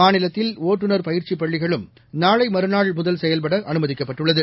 மாநிலத்தில் ஒட்டுநர் பயற்சிபள்ளிகளும் நாளைமறுநாள் முதல் செயல்படஅனுமதிக்கப்பட்டுள்ளது